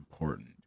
important